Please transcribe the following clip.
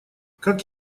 как